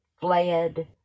fled